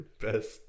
best